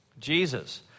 Jesus